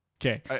Okay